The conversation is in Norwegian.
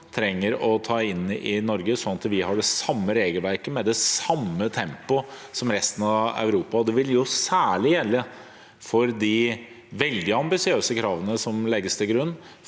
trenger å ta inn i Norge, sånn at vi har det samme regelverket i samme tempo som resten av Europa? Det vil særlig gjelde for de veldig ambisiøse kravene som legges til grunn